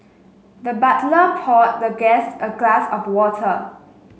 the butler poured the guest a glass of water